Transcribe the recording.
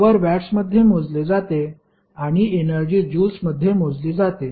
power वॅट्समध्ये मोजले जाते आणि एनर्जी जूल्समध्ये मोजली जाते